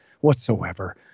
whatsoever